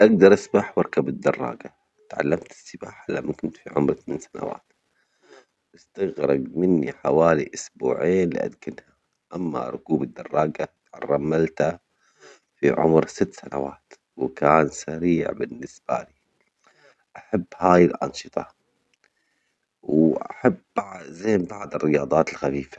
أجدر أسبح وأركب الدراجة، اتعلمت السباحة لما كنت في عمر ثمان سنوات، استغرق مني حوالي أسبوعين لأتجنها، أما ركوب الدراجة أركبتها في عمر ست سنوات، وكان سريع بالنسبة لي ، أحب هاي الأنشطة وأحب زين بعض الرياضات الخفيفة.